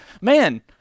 man